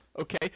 okay